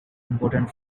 important